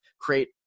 create